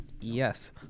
Yes